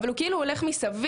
אבל הוא כאילו הולך מסביב,